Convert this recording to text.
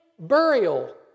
burial